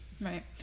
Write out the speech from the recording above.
Right